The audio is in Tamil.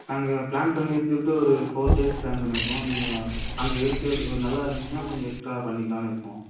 நாங்கள் பிளான் பண்ணிருக்கிறது ஒரு ஃபோர் டேஸ் பிளான் பண்ணிருக்கோம் நீங்கள் அங்கே இருக்கிறது ஒரு நல்லா இருந்துச்சுன்னா கொஞ்ச எக்ஸ்ட்ராவாக பண்ணிக்கலாம்னு இருக்கோம்